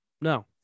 No